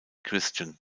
christian